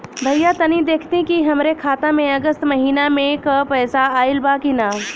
भईया तनि देखती की हमरे खाता मे अगस्त महीना में क पैसा आईल बा की ना?